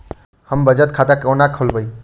हम बचत खाता कोना खोलाबी?